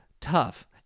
Tough